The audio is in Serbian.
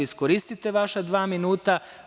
Iskoristite vaša dva minuta.